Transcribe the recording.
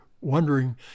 wondering